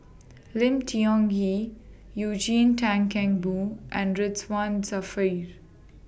Lim Tiong Ghee Eugene Tan Kheng Boon and Ridzwan Dzafir